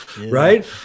right